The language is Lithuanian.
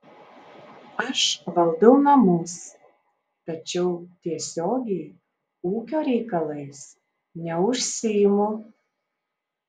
aš valdau namus tačiau tiesiogiai ūkio reikalais neužsiimu